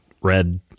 red